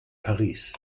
paris